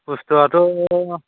बुस्थुआथ'